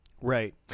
right